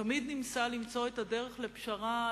תמיד ניסה למצוא את הדרך לפשרה,